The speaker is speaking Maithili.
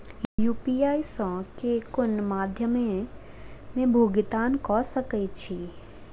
यु.पी.आई सऽ केँ कुन मध्यमे मे भुगतान कऽ सकय छी?